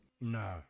No